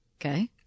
Okay